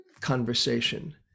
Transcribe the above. conversation